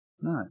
No